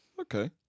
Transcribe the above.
Okay